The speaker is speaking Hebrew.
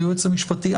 היועץ המשפטי,